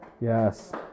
Yes